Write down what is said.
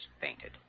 fainted